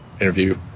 interview